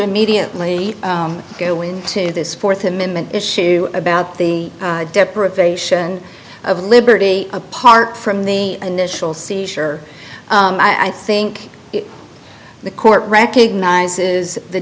immediately go into this fourth amendment issue about the deprivation of liberty apart from the initial seizure i think the court recognizes the